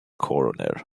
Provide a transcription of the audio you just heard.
coroner